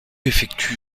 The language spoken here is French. effectuent